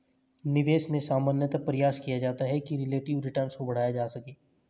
निवेश में सामान्यतया प्रयास किया जाता है कि रिलेटिव रिटर्न को बढ़ाया जा सके